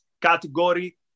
category